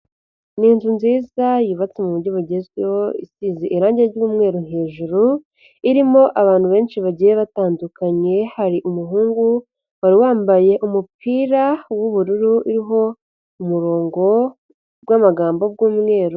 Ni inzu nziza yubatse mu buryo bugezweho isize irangi ry'uumweru hejuru, irimo abantu benshi bagiye batandukanye. Hari umuhungu wari wambaye umupira w'ubururu uriho uburongo bw'amagambo bw'umweru.